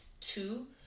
two